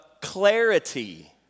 clarity